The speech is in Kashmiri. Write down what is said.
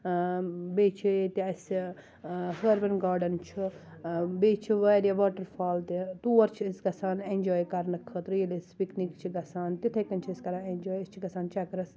بیٚیہِ چھِ ییٚتہِ اَسہِ ہٲروَن گاڈَن چھُ بیٚیہِ چھِ واریاہ واٹَر فال تہِ تور چھِ أسۍ گژھان اٮ۪نجاے کرنہٕ خٲطرٕ خٲطرٕ ییٚلہِ أسۍ پِکنِک چھِ گژھان تِتھَے کَنۍ چھِ أسۍ کران اٮ۪نجاے أسۍ چھِ گژھان چَکرَس